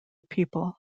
people